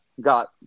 got